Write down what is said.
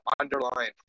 underlying